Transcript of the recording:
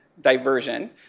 diversion